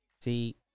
see